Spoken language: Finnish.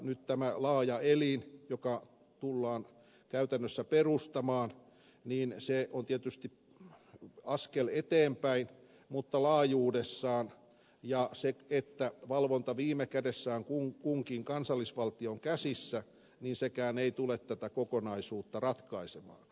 nyt tämä laaja elin joka tullaan käytännössä perustamaan on tietysti askel eteenpäin mutta laajuudessaan ja siksi että valvonta viime kädessä on kunkin kansallisvaltion käsissä sekään ei tule tätä kokonaisuutta ratkaisemaan